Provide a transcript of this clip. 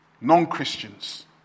non-Christians